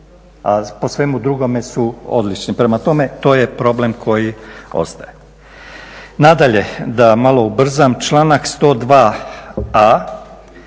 a po svemu drugome su odlični. Prema tome, to je problem koji ostaje. Nadalje, da malo ubrzam, članak 102.a